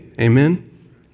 Amen